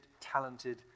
talented